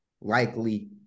likely